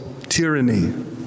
tyranny